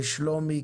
לשלומי,